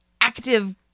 active